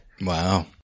Wow